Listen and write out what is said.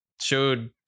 showed